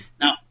Now